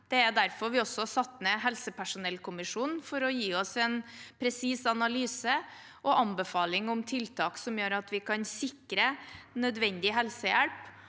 Det er derfor vi også satte ned helsepersonellkommisjonen, for å få en presis analyse og anbefaling om tiltak som gjør at vi kan sikre nødvendig helsehjelp